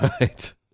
Right